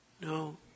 No